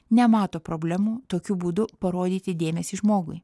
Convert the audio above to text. nemato problemų tokiu būdu parodyti dėmesį žmogui